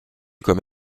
comme